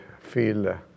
feel